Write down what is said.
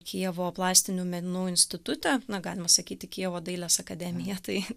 kijevo plastinių menų institute na galima sakyti kijevo dailės akademija tai